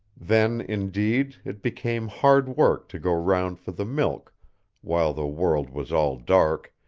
then, indeed, it became hard work to go round for the milk while the world was all dark,